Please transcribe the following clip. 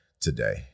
today